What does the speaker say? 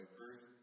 first